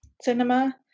cinema